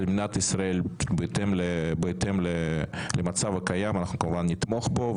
מדינת ישראל בהתאם למצב הקיים אנחנו כמובן נתמוך בו.